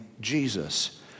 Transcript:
Jesus